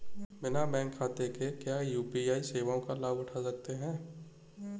बिना बैंक खाते के क्या यू.पी.आई सेवाओं का लाभ उठा सकते हैं?